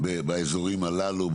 באזורים הללו,